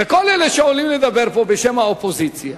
וכל אלה שעולים לדבר פה בשם האופוזיציה